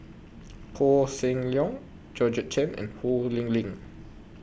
Koh Seng Leong Georgette Chen and Ho Lee Ling